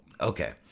Okay